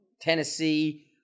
Tennessee